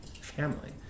family